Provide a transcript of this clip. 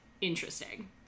interesting